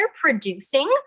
producing